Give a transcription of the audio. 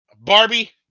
Barbie